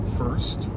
first